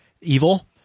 evil